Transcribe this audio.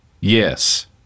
Yes